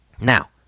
Now